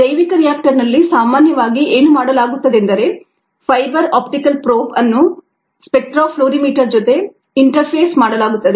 ಜೈವಿಕ ರಿಯಾಕ್ಟರ್ನಲ್ಲಿ ಸಾಮಾನ್ಯವಾಗಿ ಏನು ಮಾಡಲಾಗುತ್ತದೆಂದರೆ ಫೈಬರ್ ಆಪ್ಟಿಕ್ ಪ್ರೋಬ್ ಅನ್ನು ಸ್ಪೆಕ್ಟ್ರಾ ಫ್ಲೋರಿಮೀಟರ್ ಜೊತೆ ಇಂಟರ್ಫೇಸ್ ಮಾಡಲಾಗುತ್ತದೆ